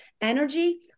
Energy